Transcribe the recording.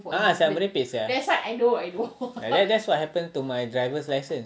a'ah [sial] merepek [sial] that's what happened to my driver license